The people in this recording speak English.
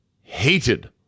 hated